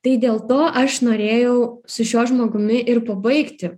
tai dėl to aš norėjau su šiuo žmogumi ir pabaigti